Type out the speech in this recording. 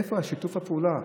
איפה שיתוף הפעולה?